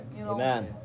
Amen